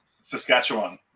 Saskatchewan